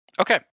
Okay